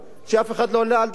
שאף אחד לא העלה על דעתו.